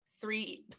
three